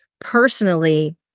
personally